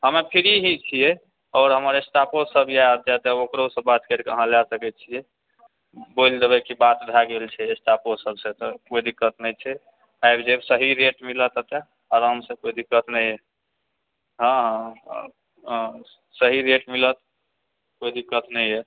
हम फ्री ही छियै आओर हमर स्टाफो सब इएह एतऽ तऽ ओकरो से बात करिके अहाँ लय सकैत छियै बोल देबै कि बात भए गेल छै स्टाफो सब से तऽ कोइ दिक्कत नहि छै आबि जायब सहि रेट मिलत एतऽ आराम से कोइ दिक्कत नहि यऽ हँ हँ हँ सहि रेट मिलत कोइ दिक्कत नहि यऽ